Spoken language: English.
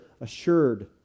assured